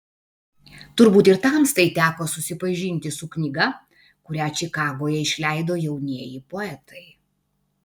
turbūt ir tamstai teko susipažinti su knyga kurią čikagoje išleido jaunieji poetai